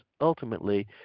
ultimately